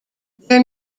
their